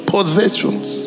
Possessions